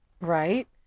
right